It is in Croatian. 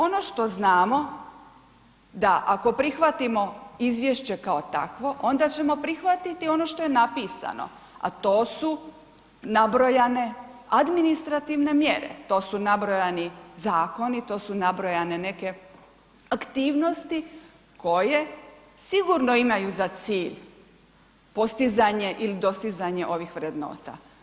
Ono što znamo da ako prihvatimo Izvješće kao takvo onda ćemo prihvatiti ono što je napisano a to su nabrojane administrativne mjere, to su nabrojani zakoni, to su nabrojane neke aktivnosti koje sigurno imaju za cilj postizanje ili dostizanje ovih vrednota.